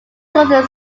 northern